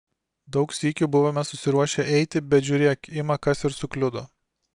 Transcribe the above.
daug sykių buvome susiruošę eiti bet žiūrėk ima kas ir sukliudo